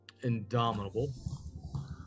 Indomitable